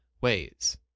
ways